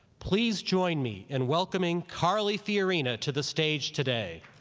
please join me in welcoming carly fiorina to the stage today.